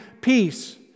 peace